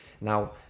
Now